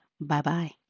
Bye-bye